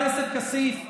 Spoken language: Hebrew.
חבר הכנסת כסיף,